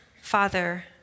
Father